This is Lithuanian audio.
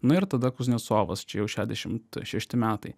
na ir tada kuznecovas čia jau šedešimt šeši metai